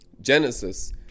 Genesis